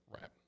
Right